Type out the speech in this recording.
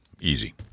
easy